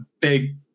big